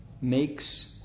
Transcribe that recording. makes